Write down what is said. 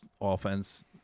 offense –